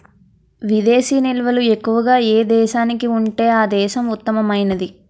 విదేశీ నిల్వలు ఎక్కువగా ఏ దేశానికి ఉంటే ఆ దేశం ఉత్తమమైనది